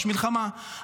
יש מלחמה,